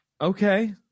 Okay